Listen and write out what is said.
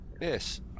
yes